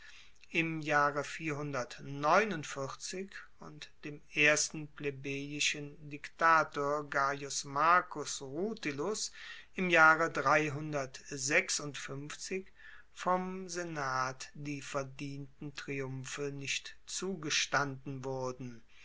im jahre und dem ersten plebejischen diktator gaius marcus rutilus im jahre vom senat die verdienten triumphe nicht zugestanden wurden